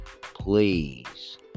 Please